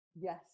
Yes